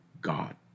God